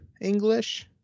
English